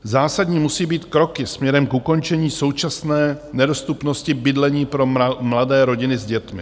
Zásadní musí být kroky směrem k ukončení současné nedostupnosti bydlení pro mladé rodiny s dětmi.